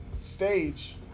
stage